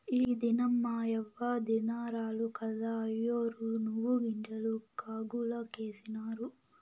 ఈ దినం మాయవ్వ దినారాలు కదా, అయ్యోరు నువ్వుగింజలు కాగులకేసినారు